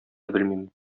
белмим